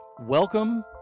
Welcome